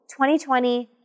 2020